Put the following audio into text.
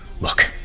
Look